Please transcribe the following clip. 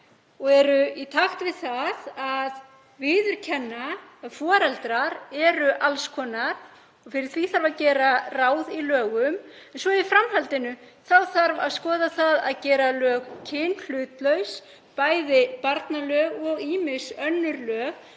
og eru í takt við það að viðurkenna að foreldrar eru alls konar og fyrir því þarf að gera ráð í lögum. Í framhaldinu þarf að skoða það að gera lög kynhlutlaus, bæði barnalög og ýmis önnur lög.